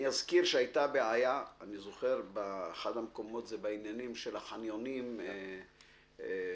אני אזכיר שהייתה בעיה בעניין החניונים, במעברים.